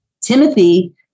Timothy